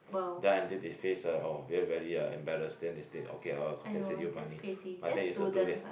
then until they face uh orh then very uh embarrassed then they state okay I will compensate you money but that is uh too late